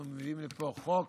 אנחנו מביאים לפה חוק